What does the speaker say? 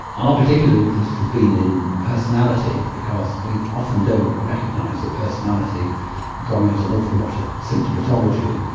our particular interest has been in personality because we often don't recognise that personality drives an awful lot of symptomatology.